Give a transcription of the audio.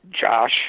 Josh